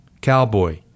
Cowboy